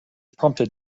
prompted